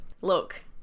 Look